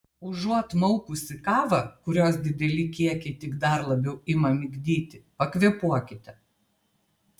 užuot maukusi kavą kurios dideli kiekiai tik dar labiau ima migdyti pakvėpuokite